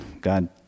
God